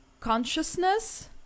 consciousness